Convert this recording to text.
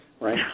right